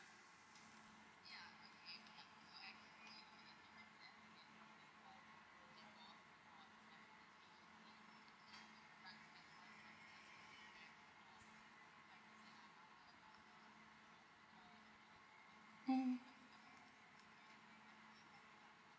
mm